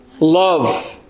love